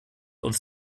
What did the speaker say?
uns